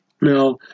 Now